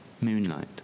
Moonlight